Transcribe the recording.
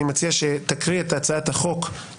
אני מציע שתקריא את הצעת החוק.